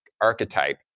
archetype